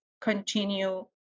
continue